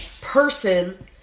person